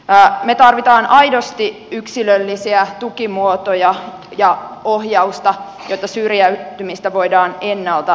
me tarvitsemme aidosti yksilöllisiä tukimuotoja ja ohjausta jotta syrjäytymistä voidaan ennaltaehkäistä